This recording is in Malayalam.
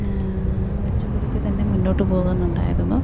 മെച്ചപ്പെടുത്തിത്തന്നെ മുന്നോട്ടു പോകുന്നുണ്ടായിരുന്നു